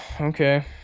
okay